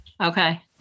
Okay